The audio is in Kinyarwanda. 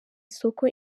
isoko